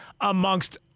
amongst